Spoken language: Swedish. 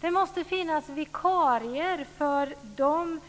Det måste finnas vikarier för de